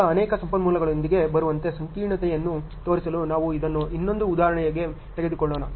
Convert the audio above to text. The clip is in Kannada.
ಈಗ ಅನೇಕ ಸಂಪನ್ಮೂಲಗಳೊಂದಿಗೆ ಬರುವಂತೆ ಸಂಕೀರ್ಣತೆಯನ್ನು ತೋರಿಸಲು ನಾವು ಇದನ್ನು ಇನ್ನೊಂದು ಉದಾಹರಣೆಯಾಗಿ ತೆಗೆದುಕೊಳ್ಳೋಣ